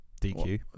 DQ